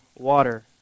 water